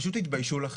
פשוט תתביישו לכם.